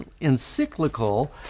encyclical